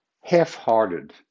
half-hearted